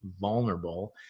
vulnerable